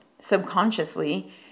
Subconsciously